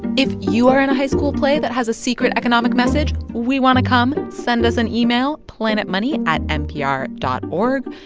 if you are in a high school play that has a secret economic message, we want to come. send us an email planetmoney at npr dot o